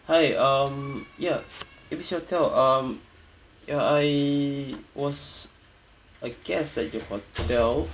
hi um ya if A B C hotel um ya I was a guest at your hotel